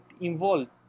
involved